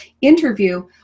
interview